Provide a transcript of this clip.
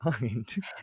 mind